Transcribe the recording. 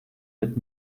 mit